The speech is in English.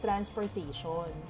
Transportation